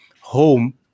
home